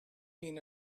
been